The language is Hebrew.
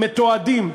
מתועדים,